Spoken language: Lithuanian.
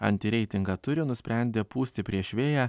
antireitingą turi nusprendė pūsti prieš vėją